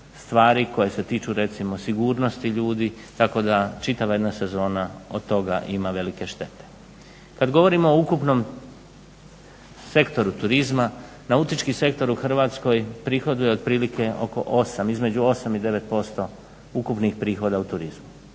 stvari koje se tiču recimo sigurnosti ljudi tako da čitava jedna sezona od toga ima velike štete. Kad govorimo o ukupnom sektoru turizma nautički sektor u Hrvatskoj prihoduje otprilike oko 8, između 8 i 9% ukupnih prihoda u turizmu.